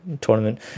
tournament